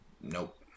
Nope